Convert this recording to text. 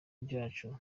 byacu